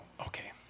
Okay